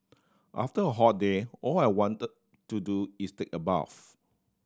after a hot day all I want to do is take a bath